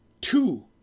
two